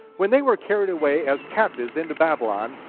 when they were carried away as captives into babylon,